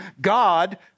God